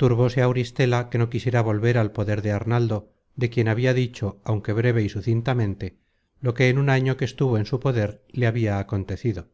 turbóse auristela que no quisiera volver al poder de arnaldo de quien habia dicho aunque breve y sucintamente lo que en un año que estuvo en su poder le habia acontecido